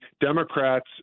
Democrats